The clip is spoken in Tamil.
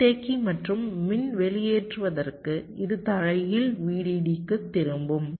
மின்தேக்கி மற்றும் வெளியேற்றுவதற்கு இது தலைகீழ் VDD 0 க்கு திரும்பும்